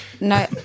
no